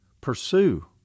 pursue